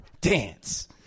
Dance